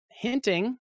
hinting